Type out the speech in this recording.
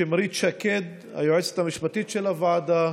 לשמרית שקד, היועצת המשפטית של הוועדה,